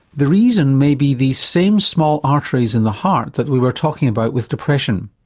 the reason may be the same small arteries in the heart that we were talking about with depression.